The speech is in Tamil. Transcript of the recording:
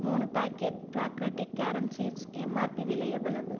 மூணு பேக்கெட் பிராக்ரிடிக் கேரம் சீட்ஸ் எம்ஆர்பி விலை எவ்வளவு